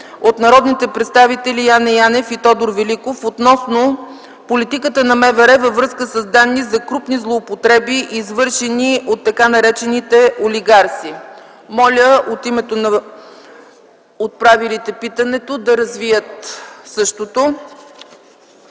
от народните представители Яне Янев и Тодор Великов относно политиката на МВР във връзка с данни за крупни злоупотреби, извършени от така наречените олигарси. Господин Янев, заповядайте да развиете питането.